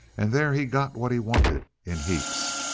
and there he got what he wanted in heaps.